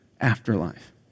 afterlife